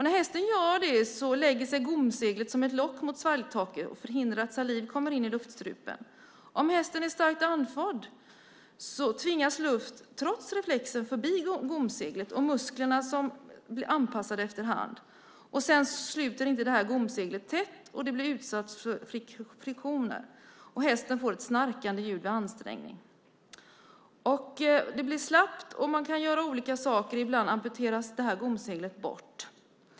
När hästen gör det lägger sig gomseglet som ett lock mot svalgtaket och förhindrar att saliv kommer in i luftstrupen. Om hästen är starkt andfådd tvingas luft trots reflexen förbi gomseglet, och musklerna blir anpassade efter hand. Sedan sluter inte gomseglet tätt och blir utsatt för friktioner. Hästen får ett snarkande ljud vid ansträngning. Det blir slappt, och man kan göra olika saker. Ibland amputeras gomseglet bort.